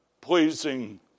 pleasing